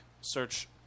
search